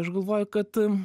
aš galvoju kad